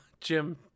Jim